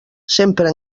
sempre